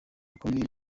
ukomeye